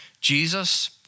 Jesus